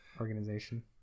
organization